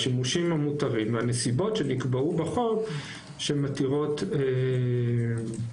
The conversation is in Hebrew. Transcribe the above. השימושים המותרים והנסיבות שנקבעו בחוק שמתירות שימוש